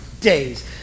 days